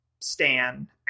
stan